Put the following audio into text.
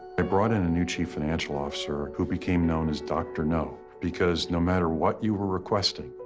i brought in a new chief financial officer who became known as dr. no, because no matter what you were requesting,